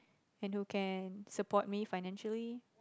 and who can support me financially